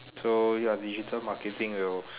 so ya digital marketing will